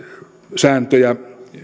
sääntöjä